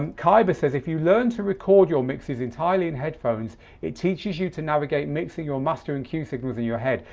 um khyber says if you learn to record your mixes entirely in headphones it teaches you to navigate mixing your master and cue signals in your head.